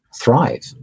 thrive